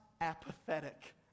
apathetic